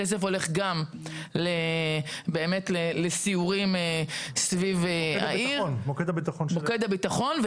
הכסף הולך גם לסיורים סביב העיר --- מוקד הביטחון של העיר.